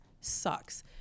sucks